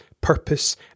purpose